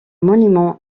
monument